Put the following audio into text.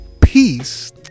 Peace